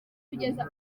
kugeza